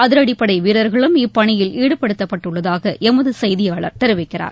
அதிரடிப் படை வீரர்களும் இப்பணியில் ஈடுபடுத்தப்பட்டுள்ளதாக எமது செய்தியாளர் தெரிவிக்கிறார்